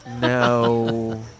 No